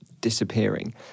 disappearing